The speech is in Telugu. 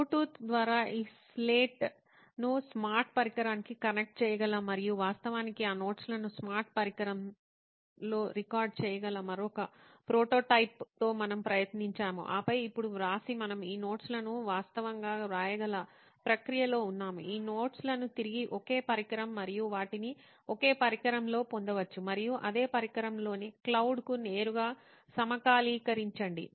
బ్లూటూత్ ద్వారా ఈ స్లేట్ను స్మార్ట్ పరికరానికి కనెక్ట్ చేయగల మరియు వాస్తవానికి ఆనోట్స్ లను స్మార్ట్ పరికరంలో రికార్డ్ చేయగల మరొక ప్రోటోటైప్తో మనము ప్రయత్నించాము ఆపై ఇప్పుడు వ్రాసి మనం ఈనోట్స్ లను వాస్తవంగా వ్రాయగల ప్రక్రియలో ఉన్నాము ఈనోట్స్ లను తిరిగి ఒకే పరికరం మరియు వాటిని ఒకే పరికరంలో పొందవచ్చు మరియు అదే పరికరంలోని క్లౌడ్కు నేరుగా సమకాలీకరించండి